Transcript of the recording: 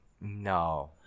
No